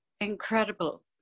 incredible